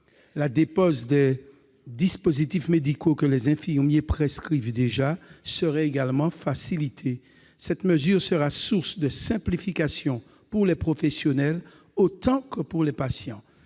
La dépose des dispositifs médicaux que les infirmiers prescrivent déjà serait également facilitée. Cette mesure sera source de simplification pour les professionnels autant que pour les patients